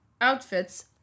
outfits